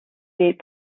date